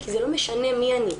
כי זה לא משנה מי אני.